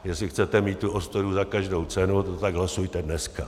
Jestli chcete mít tu ostudu za každou cenu, tak hlasujte dneska.